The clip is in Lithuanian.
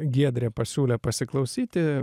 giedrė pasiūlė pasiklausyti